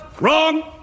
Wrong